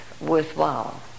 worthwhile